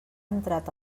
entrat